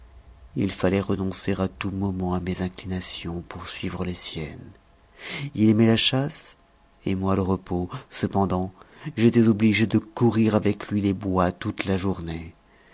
il fallait renoncer à tout moment à mes inclinations pour suivre les siennes il aimait la chasse et moi le repos cependant j'étais obligé de courir avec lui les bois toute la journée